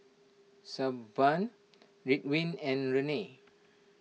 Sebamed Ridwind and Rene